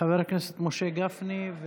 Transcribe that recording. וחבר הכנסת משה גפני.